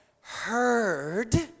heard